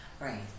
Right